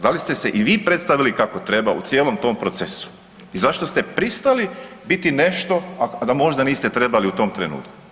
Da li ste se i vi predstavili kako treba u cijelom tom procesu i zašto ste pristali biti nešto a da možda niste trebali u tom trenutku?